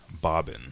Bobbin